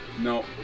No